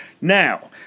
Now